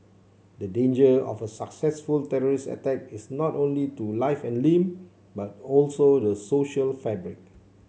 the danger of a successful terrorist attack is not only to life and limb but also the social fabric